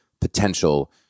potential